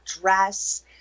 dress